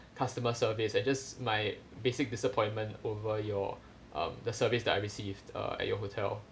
customer service it's just my basic disappointment over your um the service that I received uh at your hotel